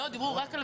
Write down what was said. גם דיברו על הכסף.